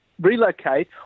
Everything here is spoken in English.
relocate